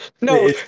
No